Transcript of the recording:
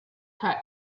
cut